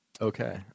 Okay